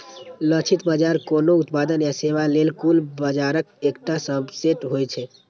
लक्षित बाजार कोनो उत्पाद या सेवा लेल कुल बाजारक एकटा सबसेट होइ छै